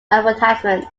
advertisement